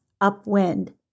Upwind